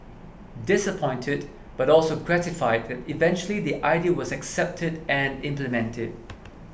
disappointed but also gratified that eventually the idea was accepted and implemented